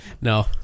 No